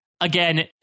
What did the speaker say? again